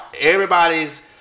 Everybody's